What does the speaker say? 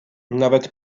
nawet